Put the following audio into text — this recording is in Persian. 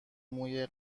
موی